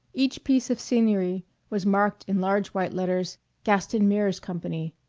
each piece of scenery was marked in large white letters gaston mears company,